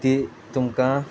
ती तुमकां